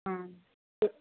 ஆ